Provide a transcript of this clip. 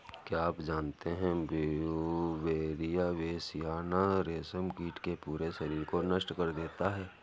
क्या आप जानते है ब्यूवेरिया बेसियाना, रेशम कीट के पूरे शरीर को नष्ट कर देता है